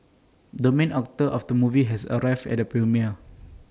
the main actor of the movie has arrived at the premiere